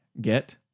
get